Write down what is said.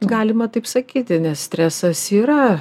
galima taip sakyti nes stresas yra